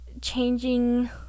changing